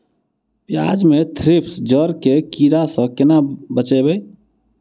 प्याज मे थ्रिप्स जड़ केँ कीड़ा सँ केना बचेबै?